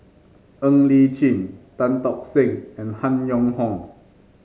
Ng Li Chin Tan Tock Seng and Han Yong Hong